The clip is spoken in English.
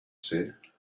said